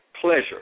pleasure